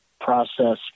process